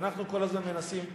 ואנחנו כל הזמן מנסים בהבנה.